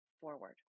forward